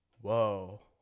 Whoa